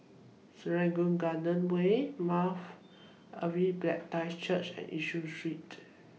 Serangoon Garden Way Mount Calvary Baptist Church and Yishun Street